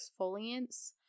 exfoliants